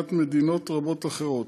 לעומת מדינות רבות אחרות.